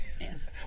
Yes